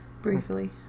briefly